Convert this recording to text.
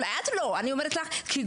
אולי את לא, אבל אני אומרת לך כגוף.